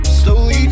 slowly